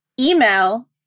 email